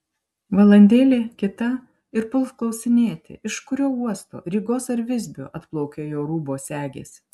valandėlė kita ir puls klausinėti iš kurio uosto rygos ar visbio atplaukė jo rūbo segės